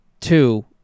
Two